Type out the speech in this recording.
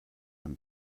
and